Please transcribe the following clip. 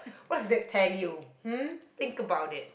what does that tell you hmm think about it